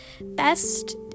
best